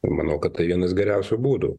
manau kad tai vienas geriausių būdų